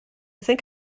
think